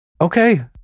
okay